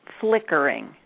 flickering